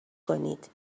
کنید